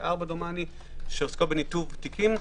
2004 דומני שעוסקות בניתוב תיקים.